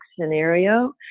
scenario